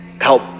help